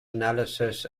analysis